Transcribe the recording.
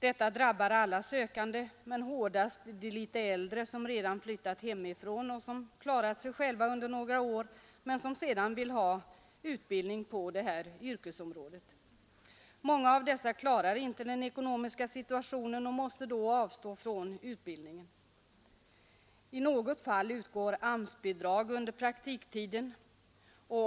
Detta drabbar alla sökande men hårdast de litet äldre, som redan flyttat hemifrån och som försörjt sig själva under några år men som sedan vill ha utbildning på detta yrkesområde. Många av dessa klarar inte den ekonomiska situationen och måste då avstå från utbildningen. I något fall utgår AMS-bidrag under praktiktiden.